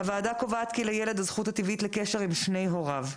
הוועדה קובעת כי לילד הזכות הטבעית לקשר עם שני הוריו.